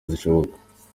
zishoboka